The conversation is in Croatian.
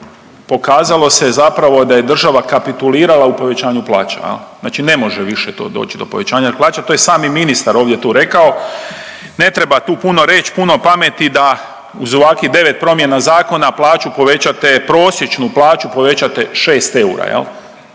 pokazalo se zapravo da je država kapitulirala u povećanju plaća jel, znači ne može više to doći do povećanja plaća, to je sami ministar ovdje tu rekao, ne treba tu puno reć, puno pameti da uz ovakvih 9 promjena zakona plaću povećate, prosječnu